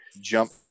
jump